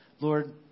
Lord